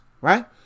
right